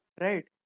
right